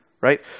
right